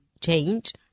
change